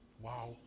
Wow